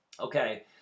Okay